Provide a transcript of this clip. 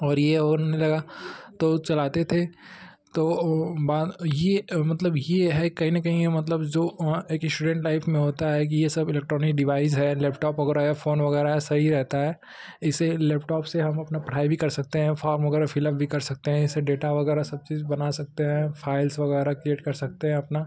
और यह होने लगा तो चलाते थे तो वो ये मतलब यह है कहीं न कहीं यह मतलब जो एक इश्टुडेन्ट लाइफ में होता है कि ये सब इलेक्ट्रॉनिक डिवाइज़ है लैपटॉप वगैरह या फोन वगैरह है सही रहता है इसी लेपटॉप से हम अपना पढ़ाई भी कर सकते हैं फॉम वगैरह फिल अप भी कर सकते हैं इससे डेटा वगैरह सब चीज बना सकते हैं फाइल्स वगैरह क्रिएट कर सकते हैं अपना